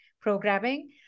programming